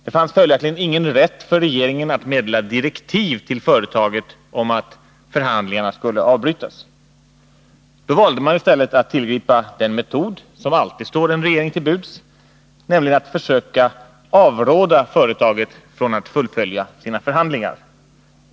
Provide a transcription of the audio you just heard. Det fanns följaktligen ingen rätt för regeringen att meddela direktiv till företaget om att förhandlingarna skulle avbrytas. Då valde man i stället att tillgripa den metod som alltid står en regering till buds, nämligen att försöka avråda företaget från att fullfölja sina förhandlingar.